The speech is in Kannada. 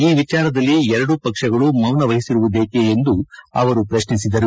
ಈ ವಿಚಾರದಲ್ಲಿ ಎರಡೂ ಪಕ್ಷಗಳು ಮೌನವಹಿಸಿರುವುದೇಕೆ ಎಂದು ಅವರು ಪ್ರಶ್ನಿಸಿದರು